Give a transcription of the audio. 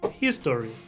history